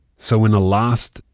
so in a last,